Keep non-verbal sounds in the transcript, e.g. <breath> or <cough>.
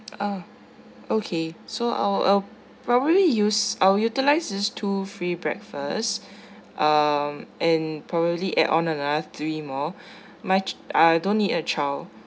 ah okay so I will probably use I will utilize these two free breakfast <breath> um and probably add on another three more <breath> much I don't need a child